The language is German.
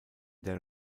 der